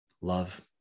love